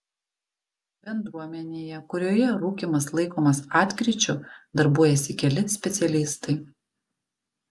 bendruomenėje kurioje rūkymas laikomas atkryčiu darbuojasi keli specialistai